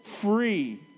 free